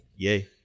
Yay